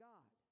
God